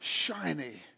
shiny